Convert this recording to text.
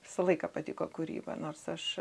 visą laiką patiko kūryba nors aš